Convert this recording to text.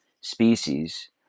species